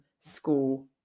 school